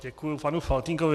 Děkuju panu Faltýnkovi.